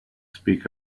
speak